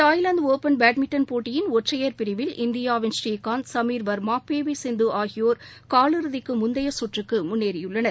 தாய்லாந்துடுப்பன் badminton போட்டியின் ஒற்றையர் பிரிவில் இந்தியாவின் ஸ்ரீகாந்த் சுமீர வர்மா பிவிசிந்துஆகியோர் கால் இறுதிக்குமுந்தையசுற்றுக்குமுன்னேறியுள்ளனர்